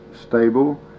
stable